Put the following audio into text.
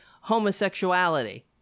homosexuality